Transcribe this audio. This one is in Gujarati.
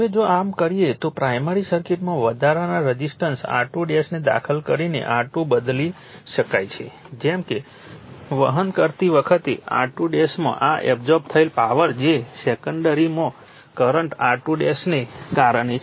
હવે જો આમ કરીએ તો પ્રાઇમરી સર્કિટમાં વધારાના રઝિસ્ટન્સ R2 ને દાખલ કરીને R2 બદલી શકાય છે જેમ કે કરંટ વહન કરતી વખતે R2 માં એબ્સોર્બ થયેલ પાવર જે સેકન્ડરી કરંટ R2 ને કારણે છે